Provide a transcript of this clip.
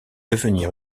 devenir